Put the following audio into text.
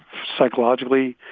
psychologically,